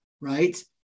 right